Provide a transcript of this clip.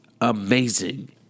amazing